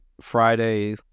Friday